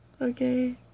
Okay